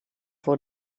voor